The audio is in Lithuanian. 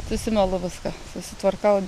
susimalu viską susitvarkau